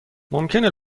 ممکنه